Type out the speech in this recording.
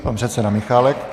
Pan předseda Michálek.